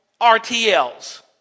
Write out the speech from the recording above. RTLs